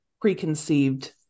preconceived